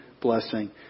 blessing